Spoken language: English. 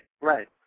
Right